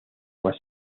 más